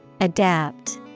Adapt